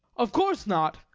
of course not.